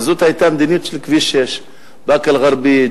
וזאת היתה המדיניות של כביש 6. באקה-אל-ע'רביה,